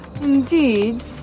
Indeed